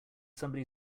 somebody